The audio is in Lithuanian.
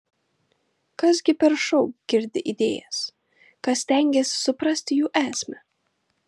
kas gi per šou girdi idėjas kas stengiasi suprasti jų esmę